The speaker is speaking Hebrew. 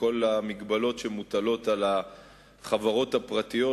בעניין כל המגבלות שמוטלות על החברות הפרטיות,